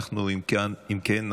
אם כן,